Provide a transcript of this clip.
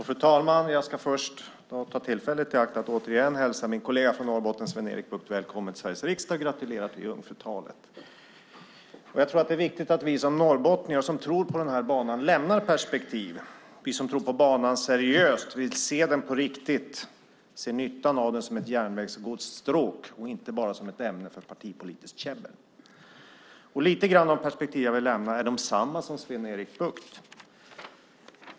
Fru talman! Jag ska först ta tillfället i akt att återigen hälsa min kollega från Norrbotten, Sven-Erik Bucht, välkommen till Sveriges riksdag. Gratulerar till jungfrutalet! Jag tror att det är viktigt att vi som norrbottningar, som tror på den här banan, lämnar perspektiv. Vi som tror på banan seriöst vill se den på riktigt. Vi vill se nyttan av den som ett järnvägsgodsstråk och inte se den bara som ett ämne för partipolitiskt käbbel. De perspektiv jag vill lämna är lite grann desamma som Sven-Erik Buchts.